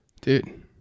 Dude